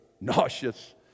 nauseous